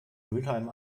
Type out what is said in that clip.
mülheim